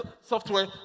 software